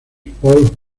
paul